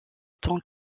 tant